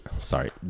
sorry